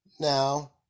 Now